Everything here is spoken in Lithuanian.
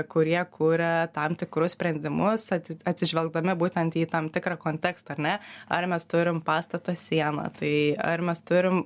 kurie kuria tam tikrus sprendimus ati atsižvelgdami būtent į tam tikrą kontekstą ar ne ar mes turim pastato sieną tai ar mes turim